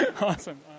Awesome